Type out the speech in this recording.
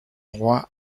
roi